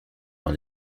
dans